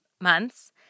months